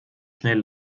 schnell